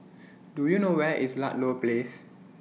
Do YOU know Where IS Ludlow Place